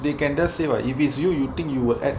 they can just say why if it's you you think you will at